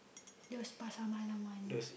those pasar malam [one]